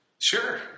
Sure